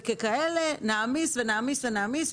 וככאלה נעמיס ונעמיס ונעמיס,